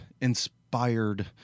inspired